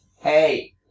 Hey